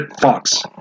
Fox